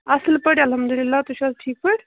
اَصٕل پٲٹھۍ الحمدُاللہ تُہۍ چھِو حظ ٹھیٖک پٲٹھۍ